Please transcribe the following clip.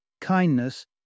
kindness